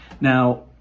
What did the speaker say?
Now